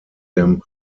dem